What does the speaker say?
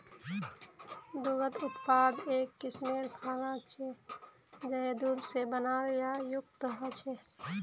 दुग्ध उत्पाद एक किस्मेर खाना छे जये दूध से बनाल या युक्त ह छे